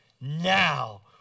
Now